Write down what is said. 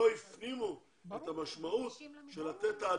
לא הפנימו את המשמעות של לתת העדפה,